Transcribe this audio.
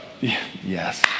yes